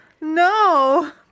No